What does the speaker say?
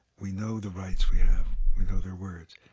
we know the rights we have. we know their words.